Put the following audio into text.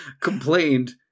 complained